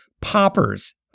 poppers